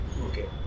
Okay